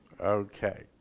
Okay